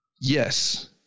Yes